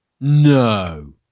no